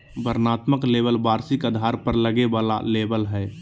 वर्णनात्मक लेबल वार्षिक आधार पर लगे वाला लेबल हइ